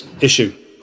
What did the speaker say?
issue